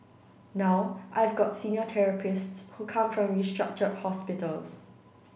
now I've got senior therapists who come from restructured hospitals